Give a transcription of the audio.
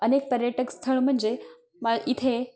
अनेक पर्यटक स्थळ म्हणजे मा इथे